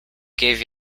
gave